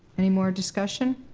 any more discussion?